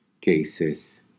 cases